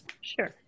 Sure